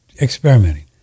experimenting